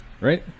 Right